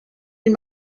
you